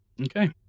Okay